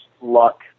luck